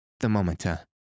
Thermometer